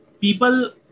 people